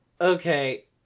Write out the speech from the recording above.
Okay